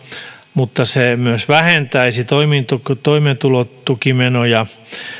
mutta se myös vähentäisi toimeentulotukimenoja